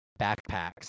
backpacks